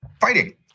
fighting